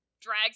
drags